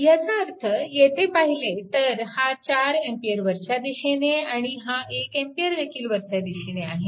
ह्याचा अर्थ येथे पाहिले तर हा 4A वरच्या दिशेने आणि हा 1A देखील वरच्या दिशेने आहे